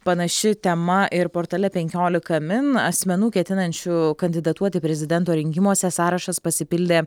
panaši tema ir portale penkiolika min asmenų ketinančių kandidatuoti prezidento rinkimuose sąrašas pasipildė